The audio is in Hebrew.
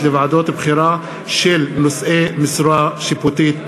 לוועדות בחירה של נושאי משרה שיפוטית.